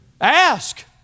ask